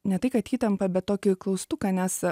ne tai kad įtampa bet tokį klaustuką nes